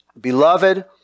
Beloved